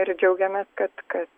ir džiaugiamės kad kad